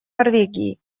норвегии